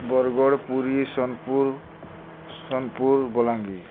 Bargarh Puri Sonepur Sonepur Balangir